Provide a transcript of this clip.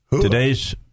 Today's